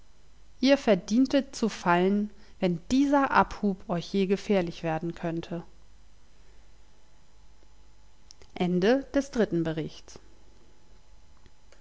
ihr verdientet zu fallen wenn dieser abhub euch je gefährlich werden könnte